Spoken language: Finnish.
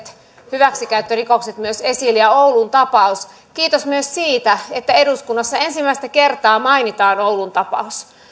hyväksikäyttörikokset myös esille ja oulun tapaus kiitos myös siitä että eduskunnassa ensimmäistä kertaa mainitaan oulun tapaus